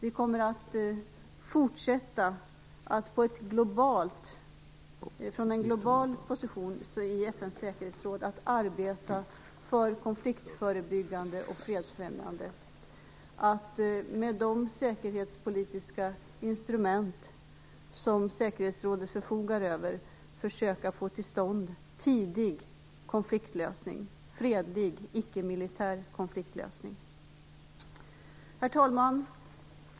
Vi kommer att fortsätta att från en global position, dvs. i FN:s säkerhetsråd, arbeta för konfliktförebyggande och fredsfrämjande och för att med de säkerhetspolitiska instrument som säkerhetsrådet förfogar över försöka få till stånd en tidig konfliktlösning - en fredlig, ickemilitär konfliktlösning. Herr talman!